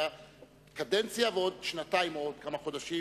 היה קדנציה ועוד שנתיים או עוד כמה חודשים,